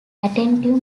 attentive